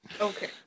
okay